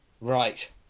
Right